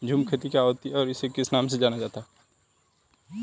झूम खेती क्या होती है इसे और किस नाम से जाना जाता है?